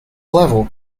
level